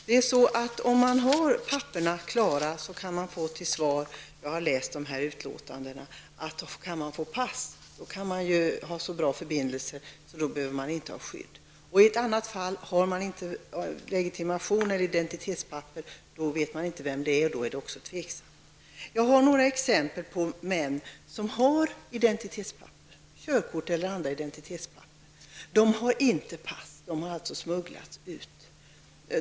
Den som har papperen klara kan få till svar -- jag har läst de här utlåtandena -- att om man har kunnat få pass har man så bra förbindelser att man inte behöver skydd. I ett fall hänvisades vidare till att om vederbörande inte hade legitimation eller identitetspapper, visste man inte vem det gällde, och även då var det tveksamt. Jag har några exempel på män som har körkort eller andra identitetshandlingar, men som inte har pass. De har alltså smugglats ut.